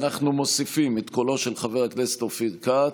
אנחנו מוסיפים את קולו של חבר הכנסת אופיר כץ,